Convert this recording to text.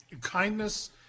kindness